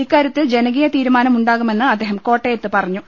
ഇക്കാര്യത്തിൽ ജനകീയ തീരുമാനം ഉണ്ടാകുമെന്ന് അദ്ദേഹം കോട്ടയത്ത് പറഞ്ഞു